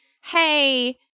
hey